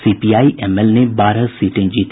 CPI ML ने बारह सीटें जीती